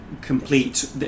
complete